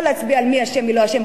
לא להצביע על מי אשם, מי לא אשם.